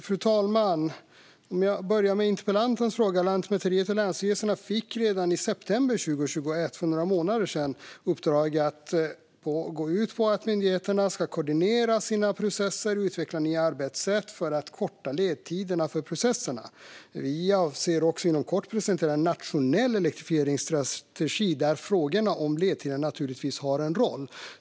Fru talman! Låt mig börja med interpellantens fråga. Lantmäteriet och länsstyrelserna fick redan för några månader sedan, i september 2021, ett uppdrag som gick ut på att myndigheterna ska koordinera sina processer och utveckla nya arbetssätt för att korta ledtiderna. Vi avser också att inom kort presentera en nationell elektrifieringsstrategi där frågorna om ledtiderna naturligtvis har en roll.